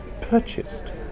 purchased